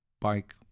bike